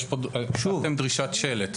אתם כתבתם דרישת שלט.